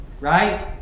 right